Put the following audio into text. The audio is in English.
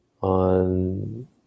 on